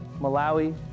Malawi